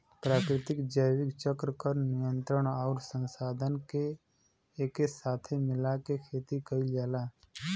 प्राकृतिक जैविक चक्र क नियंत्रण आउर संसाधन के एके साथे मिला के खेती कईल जाला